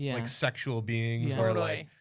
yeah like sexual beings. totally.